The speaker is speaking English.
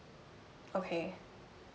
okay